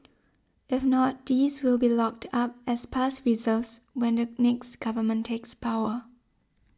if not these will be locked up as past reserves when the next government takes power